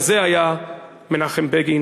כזה היה מנחם בגין.